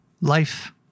life